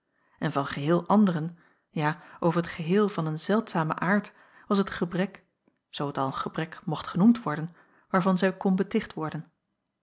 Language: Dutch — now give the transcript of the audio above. en van geheel anderen ja over t geheel van een zeldzamen aard was het gebrek zoo het al een gebrek mocht genoemd worden waarvan zij kon beticht worden